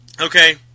Okay